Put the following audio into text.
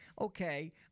okay